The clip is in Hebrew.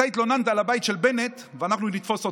אתה התלוננת על הבית של בנט ואנחנו נתפוס אותך.